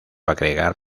agregar